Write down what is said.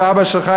אבא שלך,